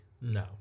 no